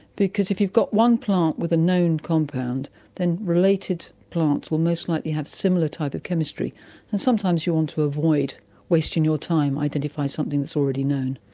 because if you've got one plant with a known compound then related plants will most likely have a similar type of chemistry and sometimes you want to avoid wasting your time identifying something that's already known.